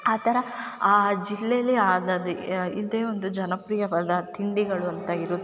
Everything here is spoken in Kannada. ಆ ಥರ ಆ ಜಿಲ್ಲೇಲಿ ಆಗೋದು ಯ ಇದೆ ಒಂದು ಜನಪ್ರಿಯವಾದ ತಿಂಡಿಗಳು ಅಂತ ಇರುತ್ತೆ